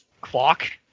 clock